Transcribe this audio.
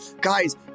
Guys